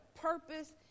purpose